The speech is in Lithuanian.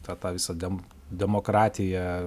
tą tą visą dem demokratiją